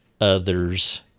Others